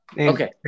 Okay